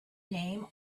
name